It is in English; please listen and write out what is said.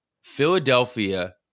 Philadelphia